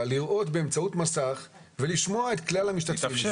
לראות באמצעות מסך ולשמוע את כלל המשתתפים.